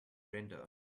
render